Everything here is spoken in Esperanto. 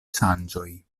ŝanĝoj